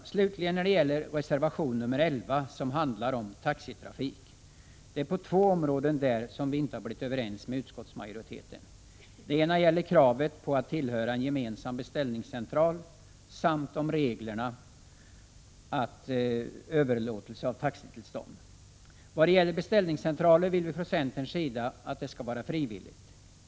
Vad slutligen gäller reservation nr 11, som handlar om taxitrafik, vill jag framhålla att det är på två punkter som vi inte blivit överens med utskottsmajoriteten. Den ena gäller kravet på anslutning till en gemensam beställningscentral, den andra reglerna för överlåtelse av taxitillstånd. I vad avser beställningscentraler vill vi centerpartister att anslutning till sådana skall vara frivillig.